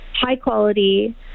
high-quality